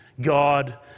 God